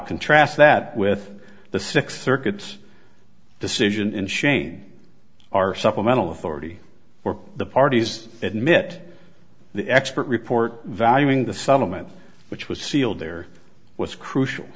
contrast that with the six thurgood's decision in shane are supplemental authority for the parties admit the expert report valuing the settlement which was sealed there was crucial